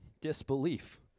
disbelief